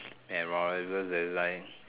memorable there's like